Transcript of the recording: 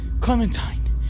Clementine